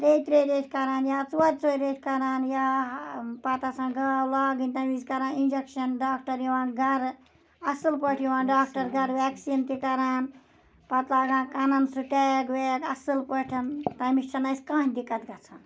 ترٛیٚیہِ ترٛیٚیہِ ریٚتھۍ کَران یا ژورِ ژورِ ریٚتھۍ کَران یا پَتہٕ آسان گاو لاگٕنۍ تَمہِ وِزِ کَران اِنجَکشَن ڈاکٹر یِوان گَرٕ اَصٕل پٲٹھۍ یِوان ڈاکٹر گَرٕ ویکسیٖن تہِ کَران پَتہٕ لاگان کَنَن سُہ ٹیگ ویگ اَصٕل پٲٹھۍ تَمِچ چھَنہٕ اَسہِ کانٛہہ دِقت گژھان